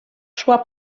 szła